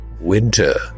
Winter